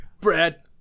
Brad